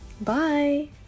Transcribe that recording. Bye